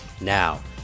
Now